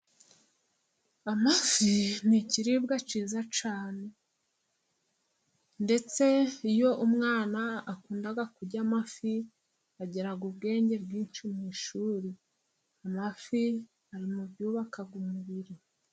Amafi ni ikiribwa kiza cyane. Ndetse iyo umwana akunda kurya amafi，agira ubwenge bwinshi mu ishuri. Amafi ari mu byubaka umubiri.